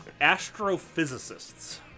astrophysicists